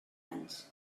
anys